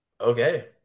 okay